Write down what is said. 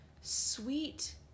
Sweet